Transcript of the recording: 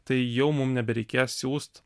tai jau mum nebereikės siųst